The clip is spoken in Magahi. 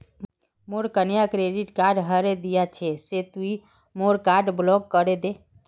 मोर कन्या क्रेडिट कार्ड हरें दिया छे से तुई मोर कार्ड ब्लॉक करे दे